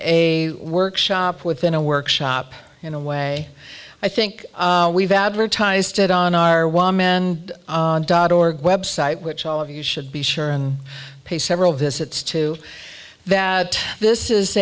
a workshop within a workshop in a way i think we've advertised it on our wall man dot org website which all of you should be sure and pay several visits to that this